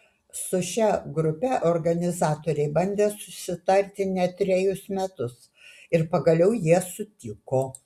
su šia grupe organizatoriai bandė susitarti net trejus metus ir pagaliau jie sutiko